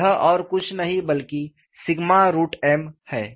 यह और कुछ नहीं बल्कि m है